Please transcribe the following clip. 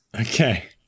Okay